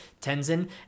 tenzin